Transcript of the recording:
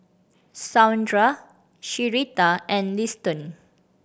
Saundra Syreeta and Liston